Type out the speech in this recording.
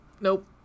nope